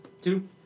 Two